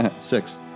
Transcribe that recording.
Six